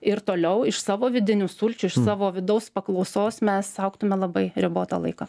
ir toliau iš savo vidinių sulčių iš savo vidaus paklausos mes augtume labai ribotą laiką